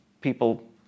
people